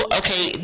okay